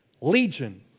Legion